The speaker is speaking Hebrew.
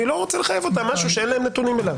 לא רוצה לחייב אותם משהו שאין להם נתונים עליו.